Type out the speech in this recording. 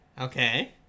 Okay